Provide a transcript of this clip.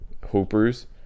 hoopers